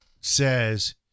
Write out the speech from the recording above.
says